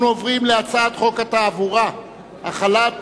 אנחנו עוברים להצעת חוק התעבורה (החלת